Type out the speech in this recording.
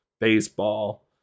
baseball